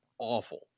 awful